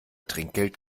trinkgeld